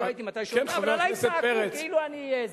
לא הייתי כשהוא היה,